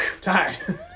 tired